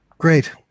Great